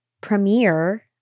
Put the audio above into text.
premiere